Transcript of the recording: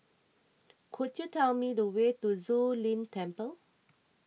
could you tell me the way to Zu Lin Temple